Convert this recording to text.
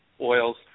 oils